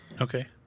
Okay